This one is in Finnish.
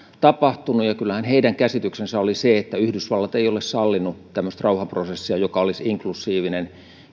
tapahtunut ja kyllähän heidän käsityksensä oli se että yhdysvallat ei ole sallinut tämmöistä rauhanprosessia joka olisi inklusiivinen